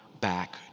back